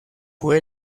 fue